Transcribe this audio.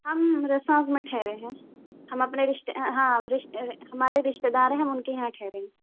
ہم میں ٹھہرے ہیں ہم اپنے رشتے ہاں ہمارے رشتےدار ہیں ہم ان کے یہاں ٹھہرے ہیں